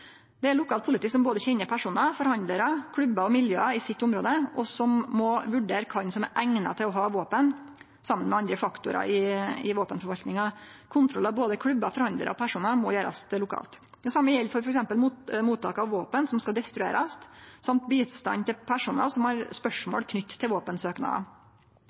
Det er lokalt politi som både kjenner personar, forhandlarar, klubbar og miljø i sitt område, og som må vurdere kven som er eigna til å ha våpen, saman med andre faktorar i våpenforvaltninga. Kontroll av både klubbar, forhandlarar og personar må gjerast lokalt. Det same gjeld for f. eks. mottak av våpen som skal destruerast, og bistand til personar som har spørsmål knytte til